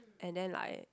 and then like